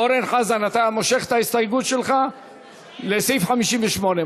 אורן חזן, אתה מושך את ההסתייגות שלך לסעיף 58?